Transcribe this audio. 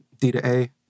d-to-a